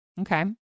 Okay